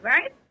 Right